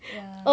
ya